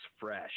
fresh